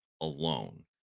alone